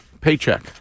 Paycheck